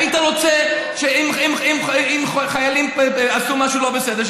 היית רוצה שאם חיילים עשו משהו לא בסדר,